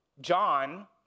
John